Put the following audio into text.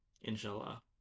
Inshallah